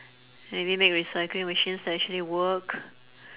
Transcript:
maybe make recycling machines that actually work